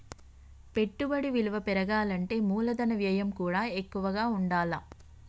పెట్టుబడి విలువ పెరగాలంటే మూలధన వ్యయం కూడా ఎక్కువగా ఉండాల్ల